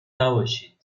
نباشید